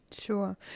Sure